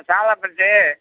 Salappatti